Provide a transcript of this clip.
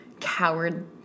coward